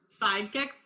sidekick